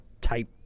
type